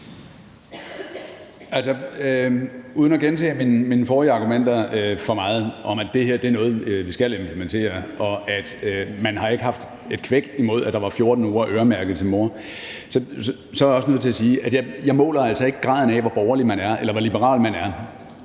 Uden at gentage mine forrige argumenter for meget om, at det her er noget, vi skal implementere, og at man ikke har haft et kvæk imod, at der var 14 uger øremærket til mor, så er jeg også nødt til at sige, at jeg altså ikke måler graden af, hvor borgerlig man er, eller hvor liberal man er,